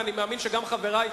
ואני מאמין שגם חברי,